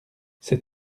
ses